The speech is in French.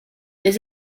les